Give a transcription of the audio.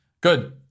good